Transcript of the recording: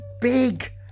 big